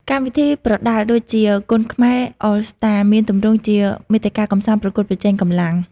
កម្មវិធីប្រដាល់ដូចជា "Kun Khmer All Star " មានទម្រង់ជាមាតិកាកម្សាន្ដ ប្រកួតប្រជែងកម្លាំង។